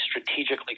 strategically